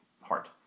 heart